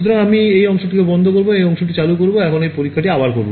সুতরাং আমি এই অংশকে বন্ধ করব এই অংশকে চালু করব এবং একই পরীক্ষাটি আবার করব